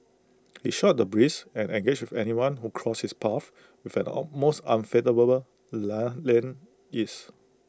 he shot the breeze and engaged with anyone who crossed his path with an almost unfathomable land ease